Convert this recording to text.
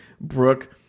Brooke